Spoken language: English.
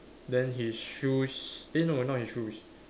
then his shoes eh no not his shoes